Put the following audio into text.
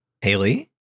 Haley